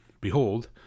behold